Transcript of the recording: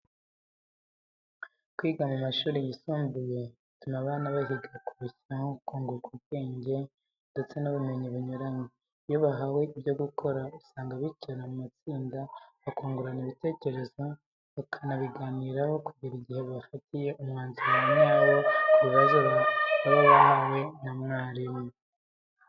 Kwiga mu mashuri yisumbuye bituma abana bahiga barushaho kunguka ubwenge, ndetse n'ubumenyi bunyuranye. Iyo bahawe ibyo gukora usanga bicara mu matsinda, bakungurana bitekerezo, bakabiganiraho kugera igihe bafatiye umwanzuro wa nyawo ku bibazo baba bahawe na mwarimu.